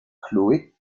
chloé